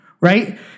right